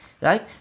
Right